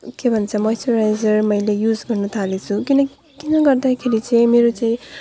के भन्छ मोइस्चराइजर मैले युज गर्नु थालेको छु किनकि किन गर्दाखेरि चाहिँ मेरो चाहिँ